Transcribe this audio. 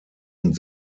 und